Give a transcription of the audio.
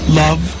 love